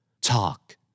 Talk